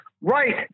right